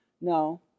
No